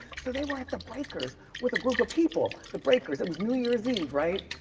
so they were at the breakers with a group of people. the breakers, it was new year's eve, right?